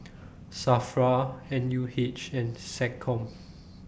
SAFRA N U H and Seccom